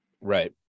Right